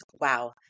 Wow